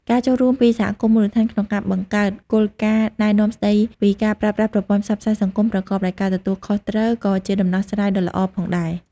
ការចូលរួមពីសហគមន៍មូលដ្ឋានក្នុងការបង្កើតគោលការណ៍ណែនាំស្តីពីការប្រើប្រាស់ប្រព័ន្ធផ្សព្វផ្សាយសង្គមប្រកបដោយការទទួលខុសត្រូវក៏ជាដំណោះស្រាយដ៏ល្អផងដែរ។